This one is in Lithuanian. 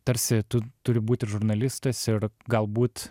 tarsi tu turi būt ir žurnalistas ir galbūt